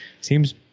seems